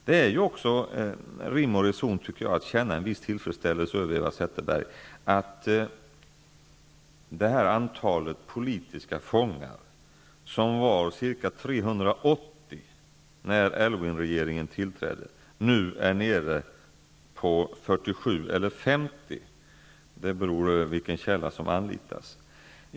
Det är också rim och reson, Eva Zetterberg, att känna en viss tillfredställelse över att antalet politiska fångar, som var ca 380 när Aylwinregeringen tillträdde, nu är nere till 47 eller 50 -- det beror på vilken källa som anlitas.